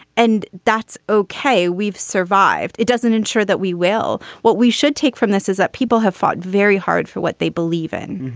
and that's okay. we've survived. it doesn't ensure that we will. what we should take from this is that people have fought very hard for what they believe in.